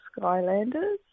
Skylanders